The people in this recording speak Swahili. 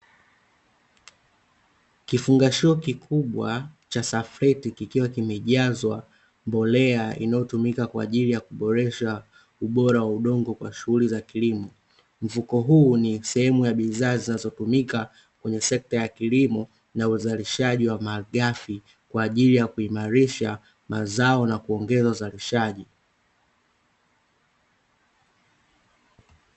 Kifungashio kikubwa cha safleti kikiwa kimejazwa mbolea inayotumika kwa ajili ya kuboresha ubora wa udongo kwa shughuli za kilimo. Mfuko huu ni sehemu ya bidhaa zinazotumika kwenye sekta ya kilimo, na uzalishaji wa malighafi kwa ajili ya kuimarisha mazao na kuongeza uzalishaji.